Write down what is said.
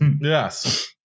Yes